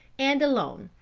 and alone.